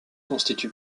constitue